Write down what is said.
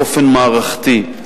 באופן מערכתי,